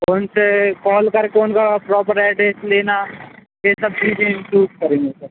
और उनसे कॉल करके उनका प्रॉपर एड्रेस लेना ये सब चीज़ें इम्प्रूव करेंगे सर